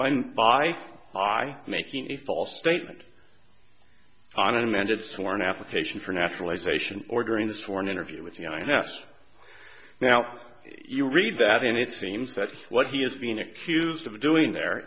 by by making a false statement on an amended sworn application for naturalization ordering this for an interview with c n n s now you read that and it seems that what he is being accused of doing the